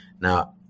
Now